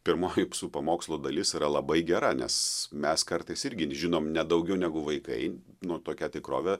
pirma jūsų pamokslo dalis yra labai gera nes mes kartais irgi žinom ne daugiau negu vaikai nu tokia tikrovė